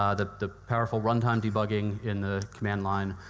um the the powerful runtime debugging in the command line.